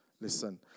Listen